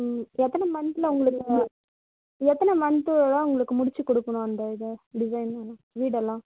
ம் எத்தனை மன்த்தில் உங்களுக்கு எத்தனை மன்த்தில் உங்களுக்கு முடித்து கொடுக்கணும் அந்த இதை டிசைனெலாம் வீடெல்லாம்